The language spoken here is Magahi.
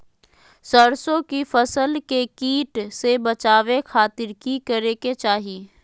सरसों की फसल के कीट से बचावे खातिर की करे के चाही?